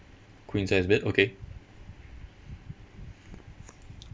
queen size bed okay